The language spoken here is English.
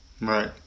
Right